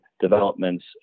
developments